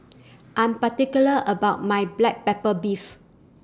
I'm particular about My Black Pepper Beef